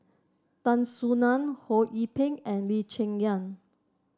Tan Soo Nan Ho Yee Ping and Lee Cheng Yan